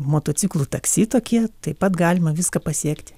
motociklų taksi tokie taip pat galima viską pasiekti